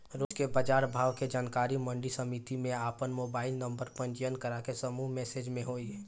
रोज के बाजार भाव के जानकारी मंडी समिति में आपन मोबाइल नंबर पंजीयन करके समूह मैसेज से होई?